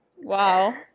Wow